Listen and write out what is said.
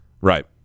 Right